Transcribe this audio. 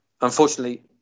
unfortunately